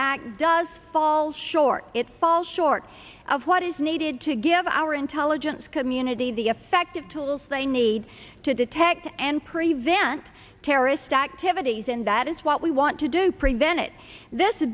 act does fall short it falls short of what is needed to give our intelligence community the effective tools they need to detect and prevent terrorist activities and that is what we want to do to prevent it this